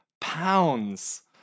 pounds